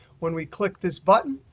when we click this button,